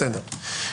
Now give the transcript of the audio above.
בסדר.